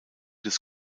des